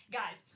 guys